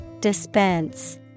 Dispense